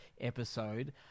episode